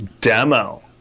demo